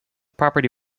property